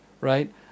right